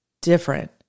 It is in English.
different